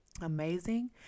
amazing